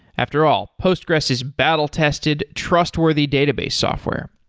after all, postgressql is battle-tested, trustworthy database software